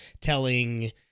telling